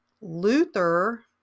Luther